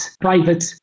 private